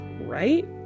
right